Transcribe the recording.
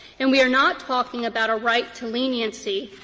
and we are not talking about a right to leniency,